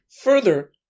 Further